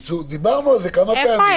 דיברנו על זה כמה פעמים.